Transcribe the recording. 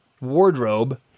wardrobe